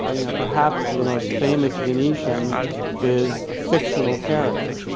ah you know, perhaps the most famous venetian is a fictional character,